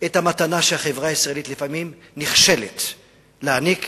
את המתנה שהחברה הישראלית לפעמים נכשלת להעניק,